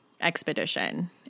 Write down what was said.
expedition